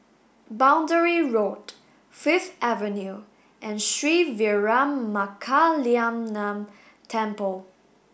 Boundary Road Fifth Avenue and Sri Veeramakaliamman Temple